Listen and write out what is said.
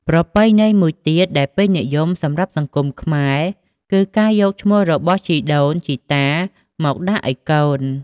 ប្រពៃណីមួយទៀតដែលពេញនិយមសម្រាប់សង្គមខ្មែរ គឺការយកឈ្មោះរបស់ជីដូនជីតាមកដាក់ឲ្យកូន។